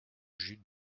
jus